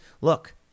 look